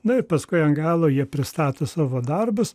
na ir paskui ant galo jie pristato savo darbus